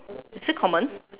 is it common